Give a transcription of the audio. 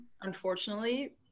unfortunately